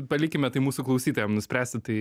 palikime tai mūsų klausytojam nuspręsti tai